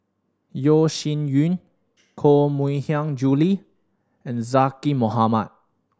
Yeo Shih Yun Koh Mui Hiang Julie and Zaqy Mohamad